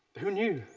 who knew?